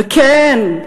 וכן,